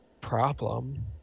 problem